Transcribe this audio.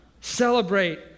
Celebrate